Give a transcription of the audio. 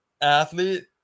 athlete